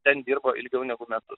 ten dirbo ilgiau negu metus